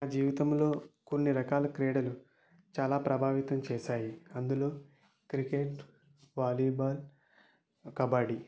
జీవితంలో కొన్ని రకాల క్రీడలు చాలా ప్రభావితం చేసాయి అందులో క్రికెట్ వాలీబాల్ కబడ్డీ